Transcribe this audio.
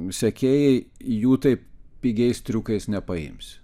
sekėjai jų taip pigiais triukais nepaimsi